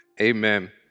Amen